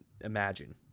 imagine